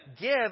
Give